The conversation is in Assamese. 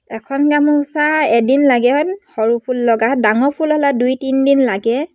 এখন গামোচা এদিন লাগে হয় সৰু ফুল লগা হয় ডাঙৰ ফুল হ'ল দুই তিনদিন লাগে